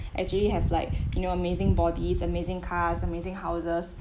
actually have like you know amazing bodies amazing cars amazing houses